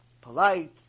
polite